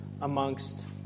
amongst